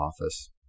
office